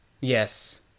yes